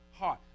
Heart